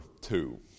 two